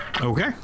Okay